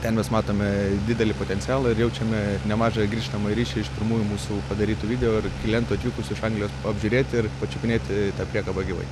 ten mes matome didelį potencialą ir jaučiame nemažą grįžtamąjį ryšį iš pirmųjų mūsų padarytų video ir klientų atvykusių iš anglijos apžiūrėti ir pačiupinėti tą priekabą gyvai